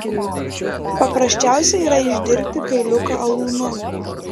paprasčiausia yra išdirbti kailiuką alūnu